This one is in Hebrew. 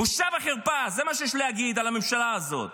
בושה וחרפה, זה מה שיש לי להגיד על הממשלה הזאת.